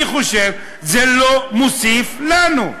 אני חושב שזה לא מוסיף לנו.